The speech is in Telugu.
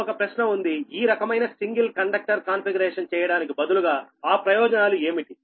మీకు ఒక ప్రశ్న ఉందిఈ రకమైన సింగిల్ కండక్టర్ కాన్ఫిగరేషన్ చేయడానికి ప్రయోజనాలు ఏమిటి